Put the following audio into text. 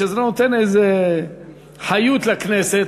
שזה נותן איזו חיות לכנסת,